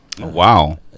Wow